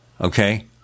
okay